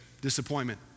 Disappointment